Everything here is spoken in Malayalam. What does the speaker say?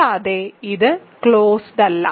കൂടാതെ ഇത് ക്ലോസ്ഡ് അല്ല